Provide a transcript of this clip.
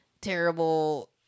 terrible